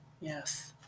Yes